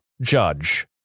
Judge